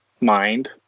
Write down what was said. mind